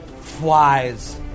Flies